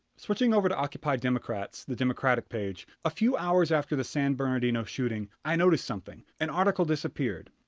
switching over to occupy democrats, the democratic page, a few hours after the san bernardino shooting, i noticed something. an article disappeared.